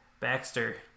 Baxter